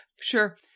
Sure